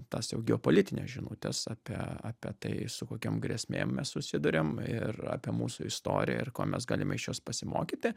tas jau geopolitines žinutes apie apie tai su kokiom grėsmėm mes susiduriam ir apie mūsų istoriją ir ko mes galime iš jos pasimokyti